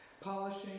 polishing